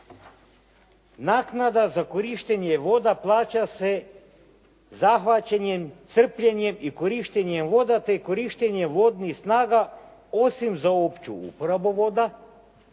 naknada za korištenje voda plaća se zahvaćanjem, crpljenjem i korištenjem voda te korištenje vodnih snaga, osim za opću uporabu voda,